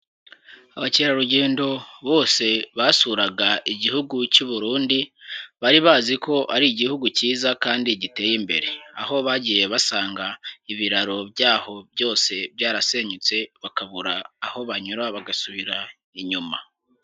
Abakerarugendo bose basuraga Igihugu cy'Uburundi bari bazi ko ari igihugu cyiza kandi giteye imbere, aho bagiye basanga ibiraro byaho byose byarasenyutse bakabura aho banyura bagasubira inyuma.